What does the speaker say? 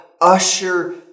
usher